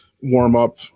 warm-up